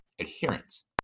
adherence